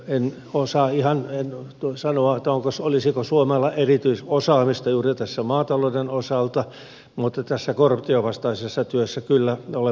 en osaa ihan sanoa olisiko suomella erityisosaamista juuri tässä maatalouden osalta mutta tässä korruptionvastaisessa työssä kyllä olemme mukana